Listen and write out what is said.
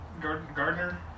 Gardner